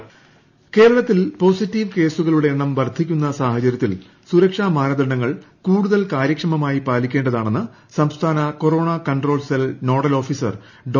അമർ ഫെറ്റിൽ ഇൻട്രോ കേരളത്തിൽ പോസിറ്റീവ് കേസുകളുടെ എണ്ണം വർദ്ധിക്കുന്ന സാഹചര്യത്തിൽ സുരക്ഷാ മാനദണ്ഡങ്ങൾ കൂടുതൽ കാര്യക്ഷമമായി പാലിക്കേണ്ടതാണെന്ന് സംസ്ഥാന corona control cell nodal officer ഡോ